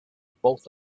both